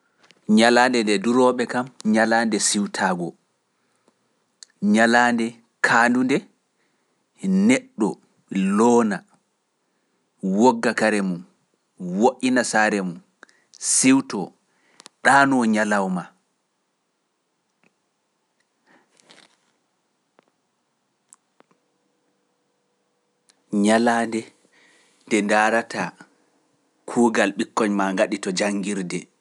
Ñalaande nde durooɓe kam, ñalaande siwtaago, ñalaande kaandunde, neɗɗo, loona, wogga kare mum, woɗɗina saareikkoñ maa ngaɗi to janngirde.